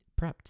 prepped